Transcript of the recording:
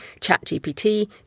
ChatGPT